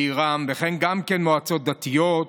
וכן גם מועצות דתיות,